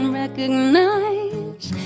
recognize